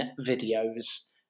videos